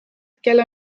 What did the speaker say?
kel